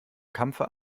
kampfe